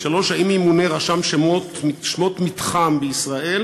3. האם ימונה רשם שמות מתחם בישראל